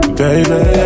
baby